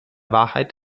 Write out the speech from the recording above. wahrheit